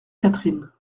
catherine